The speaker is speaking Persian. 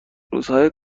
روزهای